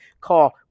Call